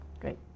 Great